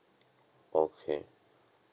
okay